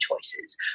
choices